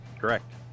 Correct